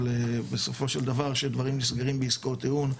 בסופו של דבר שדברים נסגרים בעסקאות טיעון,